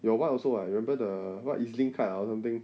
your what also [what] you remember the [what] E_Z link card ah or something